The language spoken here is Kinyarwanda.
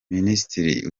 minisitiri